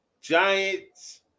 Giants